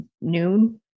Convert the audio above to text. noon